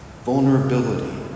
vulnerability